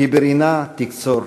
כי ברנה תקצור."